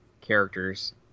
characters